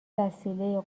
وسیله